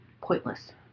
pointless